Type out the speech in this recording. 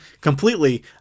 completely